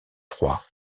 froid